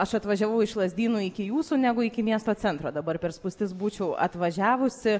aš atvažiavau iš lazdynų iki jūsų negu iki miesto centro dabar per spūstis būčiau atvažiavusi